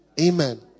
Amen